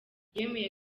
yemeye